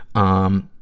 um,